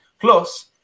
Plus